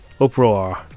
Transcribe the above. uproar